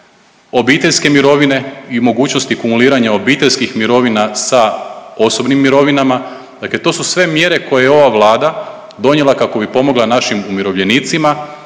obiteljske mirovine i mogućnosti kumuliranja obiteljskih mirovina sa osobnim mirovinama. Dakle, to su sve mjere koje je ova Vlada donijela kako bi pomogla našim umirovljenicima